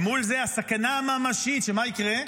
ומול זה, הסכנה הממשית שמה יקרה?